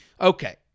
Okay